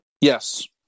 Yes